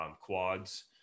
quads